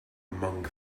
among